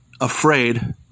afraid